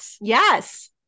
yes